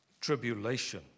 tribulation